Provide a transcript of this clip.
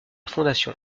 fondation